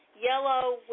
yellow